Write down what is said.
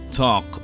talk